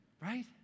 right